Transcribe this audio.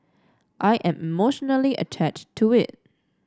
I am emotionally attached to it